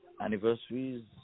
anniversaries